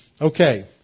Okay